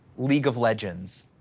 league of legends.